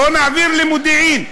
בוא נעביר למודיעין.